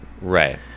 Right